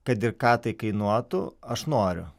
kad ir ką tai kainuotų aš noriu